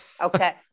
Okay